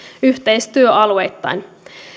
yhteistyöalueittain